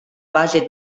base